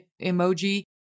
emoji